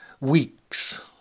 weeks